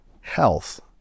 health